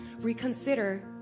reconsider